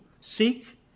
Seek